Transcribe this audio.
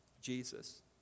Jesus